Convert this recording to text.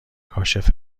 کاشف